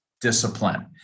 discipline